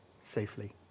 safely